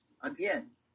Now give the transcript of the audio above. Again